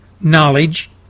knowledge